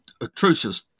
atrocious